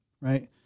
right